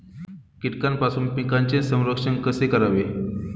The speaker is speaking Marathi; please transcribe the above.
कीटकांपासून पिकांचे संरक्षण कसे करावे?